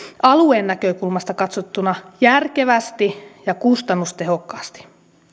alueen näkökulmasta katsottuna järkevästi ja kustannustehokkaasti